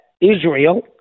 Israel